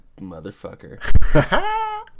motherfucker